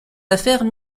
affaires